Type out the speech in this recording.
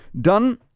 done